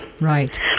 Right